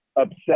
upset